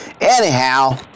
Anyhow